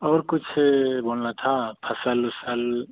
और कुछ बोलना था फ़सल उसल